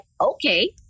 Okay